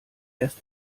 erst